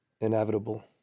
inevitable